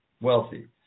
wealthy